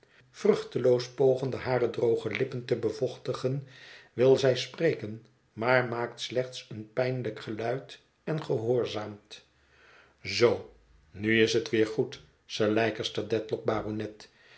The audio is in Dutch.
vruchteloos pogende hare droge lippen te bevochtigen wil zij spreken maar maakt slechts een pijnlijk geluid en gehoorzaamt zoo nu is het weer goed sir leicester dedlock baronet